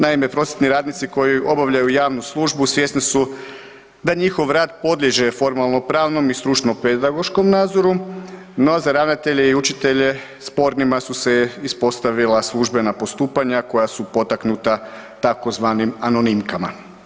Naime, prosvjetni radnici koji obavljaju javnu službu svjesni su da njihov rad podliježe formalno-pravnom i stručno pedagoškom nadzoru, no za ravnatelje i učitelje spornima su se ispostavila službena postupanja koja su potaknuta tzv. anonimkama.